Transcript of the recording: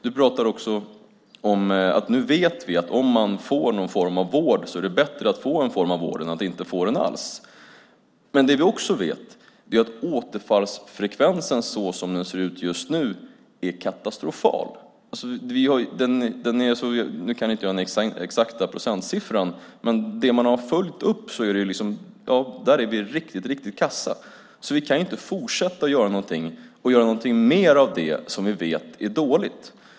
Du pratade också om att vi nu vet att det är bättre att man får någon form av vård än att inte få den alls. Men det vi också vet är att återfallsfrekvensen, så som den ser ut just nu, är katastrofal. Jag kan inte den exakta procentsiffran, men där man har följt upp det visar det sig vara riktigt kasst. Vi kan inte fortsätta att göra mer av det som vi vet är dåligt.